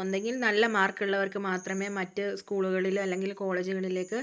ഒന്നികിൽ നല്ല മാർക്കുള്ളവർക്കു മാത്രമേ മറ്റു സ്കൂളുകളിലോ അല്ലെങ്കിൽ കോളേജുകളിലേയ്ക്ക്